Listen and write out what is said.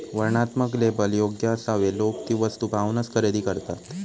वर्णनात्मक लेबल योग्य असावे लोक ती वस्तू पाहूनच खरेदी करतात